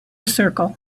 circle